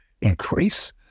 increase